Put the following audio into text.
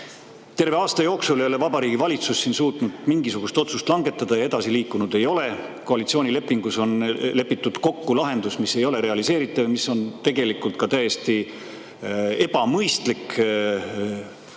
Terve aasta jooksul ei ole Vabariigi Valitsus suutnud selle kohta mingisugust otsust langetada ja edasi liikunud ei ole. Koalitsioonilepingus on lepitud kokku lahendus, mis ei ole realiseeritav ja mis on tegelikult ka täiesti ebamõistlik: õigusliku